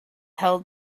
held